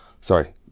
sorry